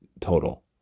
total